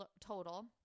total